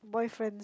boyfriends